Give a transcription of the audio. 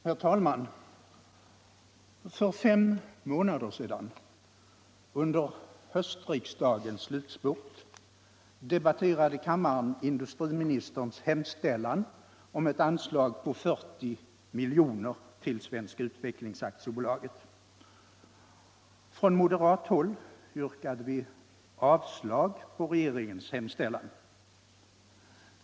Herr talman! För fem månader sedan, under höstsessionens slutspurt, debatterade kammaren industriministerns hemställan om ett anslag på 40 milj.kr. till Svenska Utvecklingsaktiebolaget. Från moderat håll yrkade vi avslag på regeringens hemställan.